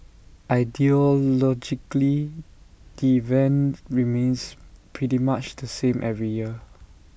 ideologically event remains pretty much the same every year